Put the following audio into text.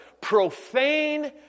profane